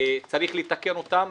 שצריך לתקן אותם,